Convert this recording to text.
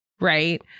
right